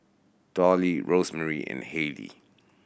Dolly Rosemary and Hayley